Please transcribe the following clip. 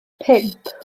pump